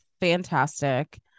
fantastic